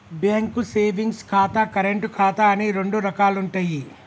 bank savings ఖాతా, current ఖాతా అని రెండు రకాలుంటయ్యి